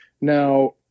now